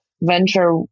venture